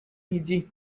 midi